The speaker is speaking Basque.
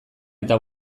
eta